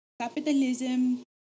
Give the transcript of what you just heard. capitalism